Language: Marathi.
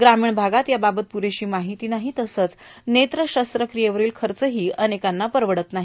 ग्रामीण भागात या बाबत प्रेशी मार्ाहती नाही तसच नेत्रशस्त्रक्रियेवरील खचही अनेकांना परवडत नाही